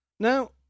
Now